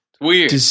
Weird